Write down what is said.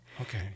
Okay